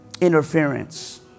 Interference